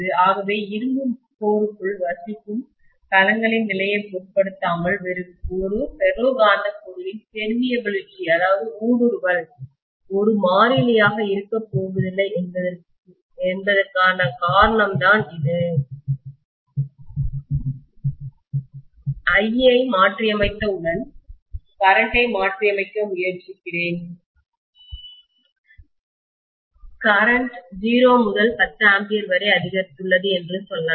ஆகவே இரும்பு மையத்திற்குள்கோருக்குள் வசிக்கும் களங்களின் நிலையைப் பொருட்படுத்தாமல் ஒரு ஃபெரோ காந்தப் பொருளின் பெர்மியபிலில்டி ஊடுருவல் ஒரு மாறிலியாக இருக்கப் போவதில்லை என்பதற்கான காரணம் இதுதான் I ஐ மாற்றியமைத்தவுடன் கரண்ட்டை மின்னோட்டத்தை மாற்றியமைக்க முயற்சிக்கிறேன்கரண்ட் மின்னோட்டம் 0 முதல் 10 ஆம்பியர் வரை அதிகரித்துள்ளது என்று சொல்லலாம்